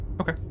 okay